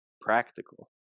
practical